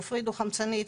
גפרית דו חמצנית,